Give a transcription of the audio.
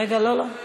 רגע, לא, לא.